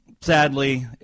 sadly